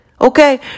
Okay